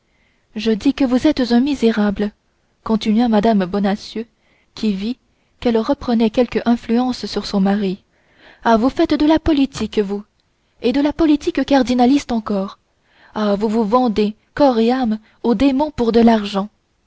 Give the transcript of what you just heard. je dis que vous êtes un misérable continua mme bonacieux qui vit qu'elle reprenait quelque influence sur son mari ah vous faites de la politique vous et de la politique cardinaliste encore ah vous vous vendez corps et âme au démon pour de l'argent